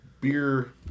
beer